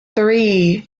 three